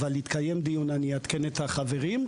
אבל התקיים דיון ואני אעדכן את החברים,